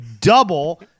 double